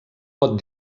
pot